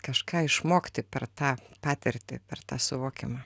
kažką išmokti per tą patirtį per tą suvokimą